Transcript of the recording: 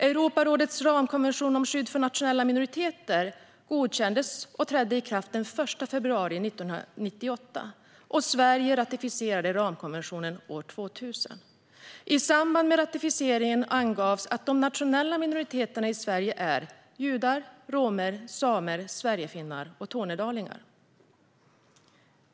Europarådets ramkonvention om skydd för nationella minoriteter godkändes och trädde i kraft den 1 februari 1998, och Sverige ratificerade ramkonventionen 2000. I samband med ratificeringen angavs att de nationella minoriteterna i Sverige är judar, romer, samer, sverigefinnar och tornedalingar.